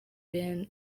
ben